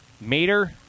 Meter